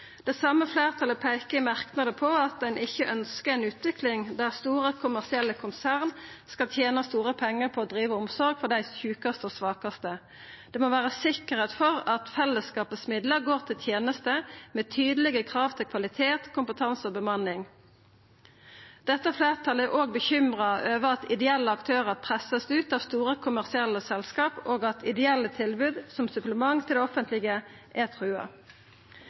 Det same fleirtalet peikar i merknader på at ein ikkje ønskjer ei utvikling der store kommersielle konsern skal tene store pengar på å driva omsorg for dei sjukaste og svakaste. Det må vera sikkerheit for at fellesskapets midlar går til tenester med tydelege krav til kvalitet, kompetanse og bemanning. Dette fleirtalet er òg bekymra over at ideelle aktørar vert pressa ut av store kommersielle selskap, og at ideelle tilbod som supplement til det offentlege er trua.